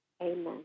Amen